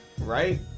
right